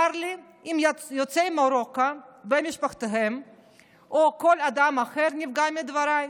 צר לי אם יוצאי מרוקו ומשפחתם או כל אדם אחר נפגעו מדבריי,